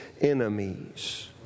enemies